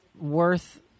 worth